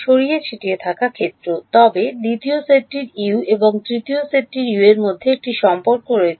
বিক্ষিপ্ত ক্ষেত্র তবে দ্বিতীয় সেটটির U এর এবং তৃতীয় সেটটির U এর মধ্যে একটি সম্পর্ক রয়েছে